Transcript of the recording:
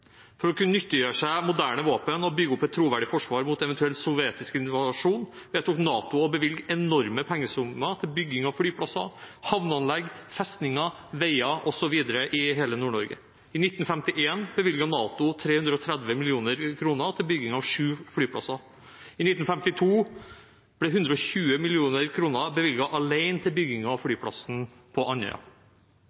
For å kunne nyttiggjøre seg moderne våpen og bygge opp et troverdig forsvar mot en eventuell sovjetisk invasjon vedtok NATO å bevilge enorme pengesummer til bygging av flyplasser, havneanlegg, festninger, veier osv. i hele Nord-Norge. I 1951 bevilget NATO 330 mill. kr til bygging av sju flyplasser. I 1952 ble 120 mill. kr bevilget alene til byggingen av